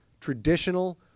traditional